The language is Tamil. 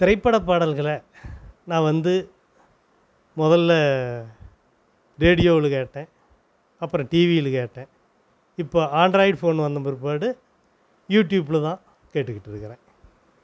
திரைப்பட பாடல்களை நான் வந்து முதல்ல ரேடியோவில் கேட்டேன் அப்புறம் டிவியில் கேட்டேன் இப்போ ஆண்ட்ராய்டு ஃபோன் வந்த பிற்பாடு யூடியூப்பில்தான் கேட்டுக்கிட்டு இருக்கிறேன்